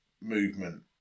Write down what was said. movement